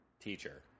teacher